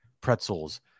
Pretzels